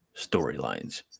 storylines